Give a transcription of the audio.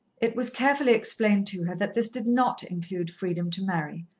it was carefully explained to her that this did not include freedom to marry.